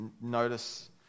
notice